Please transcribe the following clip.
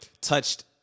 touched